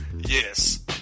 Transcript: Yes